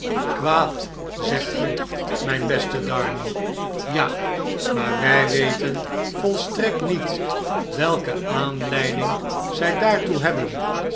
kwaad zegt ge mtjn beste darnay ja maar wjj weten volstrekt niet welke aanleiding zg daartoe hebben